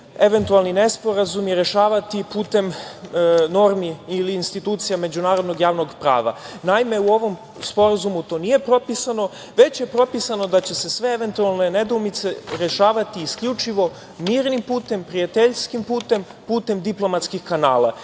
eventualni nesporazumi rešavati putem normi ili institucija međunarodnog javnog prava. Naime, u ovom sporazumu to nije propisano, već je propisano da će se sve eventualne nedoumice rešavati isključivo mirnim putem, prijateljskim putem, putem diplomatskih kanala.